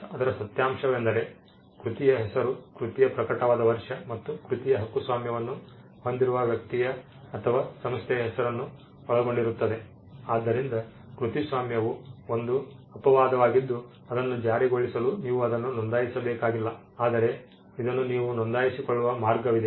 ಅದರ ಸತ್ಯಾಂಶವೆಂದರೆ ಕೃತಿಯ ಹೆಸರು ಕೃತಿಯು ಪ್ರಕಟವಾದ ವರ್ಷ ಮತ್ತು ಕೃತಿಯ ಹಕ್ಕುಸ್ವಾಮ್ಯವನ್ನು ಹೊಂದಿರುವ ವ್ಯಕ್ತಿಯ ಅಥವಾ ಸಂಸ್ಥೆಯ ಹೆಸರನ್ನು ಒಳಗೊಂಡಿರುತ್ತದೆ ಆದ್ದರಿಂದ ಕೃತಿಸ್ವಾಮ್ಯವು ಒಂದು ಅಪವಾದವಾಗಿದ್ದು ಅದನ್ನು ಜಾರಿಗೊಳಿಸಲು ನೀವು ಅದನ್ನು ನೋಂದಾಯಿಸಬೇಕಾಗಿಲ್ಲ ಆದರೆ ಇದನ್ನು ನೀವು ನೋಂದಾಯಿಸಿಕೊಳ್ಳುವ ಮಾರ್ಗವಿದೆ